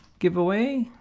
giveaway